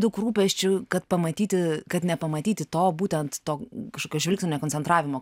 daug rūpesčių kad pamatyti kad nepamatyti to būtent to kažkokio žvilgsnio koncentravimo